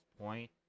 point